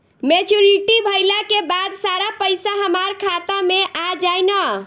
Maturity भईला के बाद सारा पईसा हमार खाता मे आ जाई न?